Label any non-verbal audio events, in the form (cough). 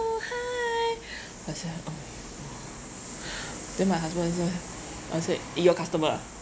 hi (breath) I say oh my god (breath) then my husband always say I will say eh your customer ah